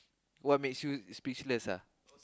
what's make you speechless ah